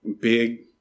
Big